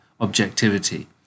objectivity